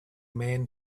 man